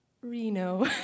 Reno